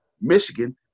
Michigan